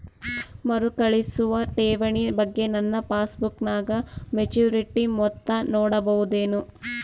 ಮರುಕಳಿಸುವ ಠೇವಣಿ ಬಗ್ಗೆ ನನ್ನ ಪಾಸ್ಬುಕ್ ನಾಗ ಮೆಚ್ಯೂರಿಟಿ ಮೊತ್ತ ನೋಡಬಹುದೆನು?